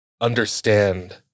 understand